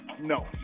no